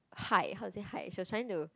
hide how is it hide she was trying to